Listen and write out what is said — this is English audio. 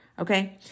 okay